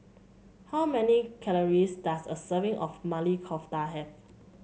how many calories does a serving of Maili Kofta have